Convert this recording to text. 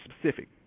specific